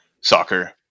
soccer